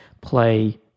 play